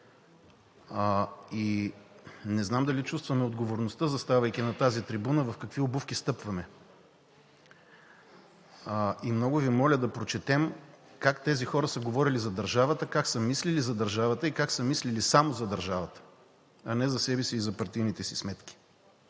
и не знам дали чувстваме отговорността, заставайки на тази трибуна, в какви обувки стъпваме. И много Ви моля да прочетем как тези хора са говорили за държавата, как са мислили за държавата и как са мислили само за държавата, а не за себе си и за партийните си сметки.